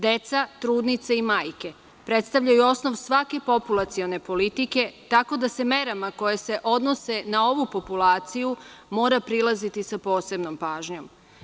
Deca, trudnice i majke predstavljaju osnov svake populacione politike, tako da se merama koje se odnose na ovu populaciju mora prilaziti sa posebnom pažnjom.